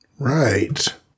Right